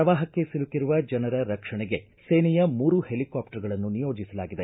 ಪ್ರವಾಪಕ್ಕೆ ಸಿಲುಕಿರುವ ಜನರ ರಕ್ಷಣೆಗೆ ಸೇನೆಯ ಮೂರು ಹೆಲಿಕಾಪ್ಟರ್ಗಳನ್ನು ನಿಯೋಜಿಸಲಾಗಿದೆ